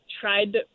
tried